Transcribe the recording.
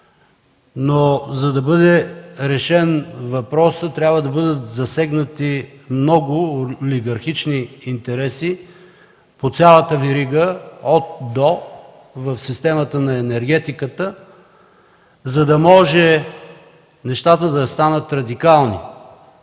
но за да бъде решен въпросът, трябва да бъдат засегнати много олигархични интереси по цялата верига – от – до, в системата на енергетиката, за да може нещата да станат радикални.